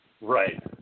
Right